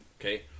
Okay